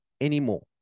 anymore